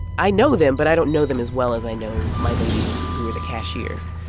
i know them, but i don't know them as well as i know my ladies who were the cashiers,